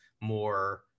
more